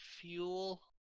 fuel